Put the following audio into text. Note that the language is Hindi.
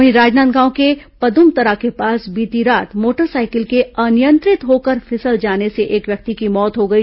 वहीं राजनादगांव के पद्मतरा के पास बीती रात मोटरसाइकिल के अनियंत्रित होंकर फिसल जाने से एक व्यक्ति की मौत हो गई